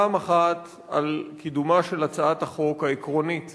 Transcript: פעם אחת על קידומה של הצעת החוק העקרונית